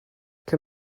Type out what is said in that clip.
can